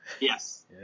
Yes